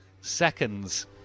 seconds